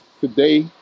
Today